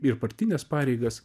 ir partines pareigas